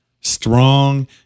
strong